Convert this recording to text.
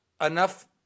enough